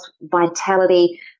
vitality